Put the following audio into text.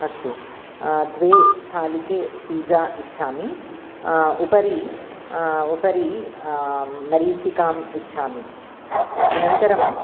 अस्तु द्वे स्थालिके पीजा़ इच्छामि उपरि उपरि मरीचिकाम् इच्छामि अनन्तरं